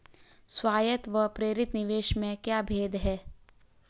स्वायत्त व प्रेरित निवेश में क्या भेद है?